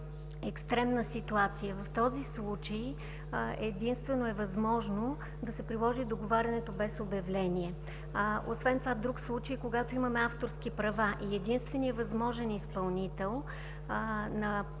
екстремна ситуация. В този случай единствено е възможно да се приложи договарянето без обявление. Освен това друг случай, когато имаме авторски права и единственият възможен изпълнител на поръчката